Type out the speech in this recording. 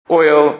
oil